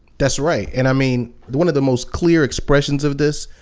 that's right. and i mean, one of the most clear expressions of this?